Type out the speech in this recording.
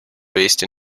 based